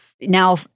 Now